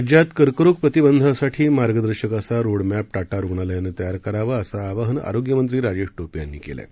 राज्यात कर्करोग प्रतिबंधासाठी मार्गदर्शक असा रोड मॅप टाटा रुग्णालयानं तयार करावा असं आवाहन आरोग्य मंत्री राजेश टोपे यांनी केलं आहे